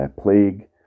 plague